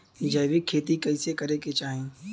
जैविक खेती कइसे करे के चाही?